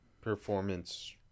performance